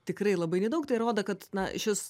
tikrai labai nedaug tai rodo kad na šis